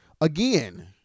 Again